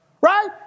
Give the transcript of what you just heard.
Right